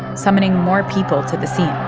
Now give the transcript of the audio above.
summoning more people to the scene.